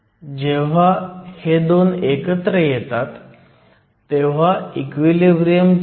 तर येथे डिप्लीशन रुंदी p आणि n बाजू दोन्हीमध्ये असेल